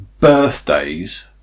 birthdays